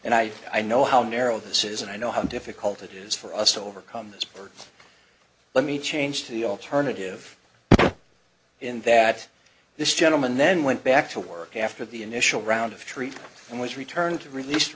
and i i know how narrow this is and i know how difficult it is for us to overcome this part let me change to the alternative in that this gentleman then went back to work after the initial round of treats and was returned to release